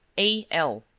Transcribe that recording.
a. l.